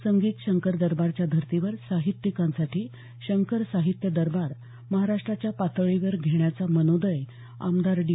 संगीत शंकर दरबारच्या धर्तीवर साहित्यिकांसाठी शंकर साहित्य दरबार महाराष्ट्राच्या पातळीवर घेण्याचा मनोदय आमदार डी